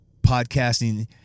podcasting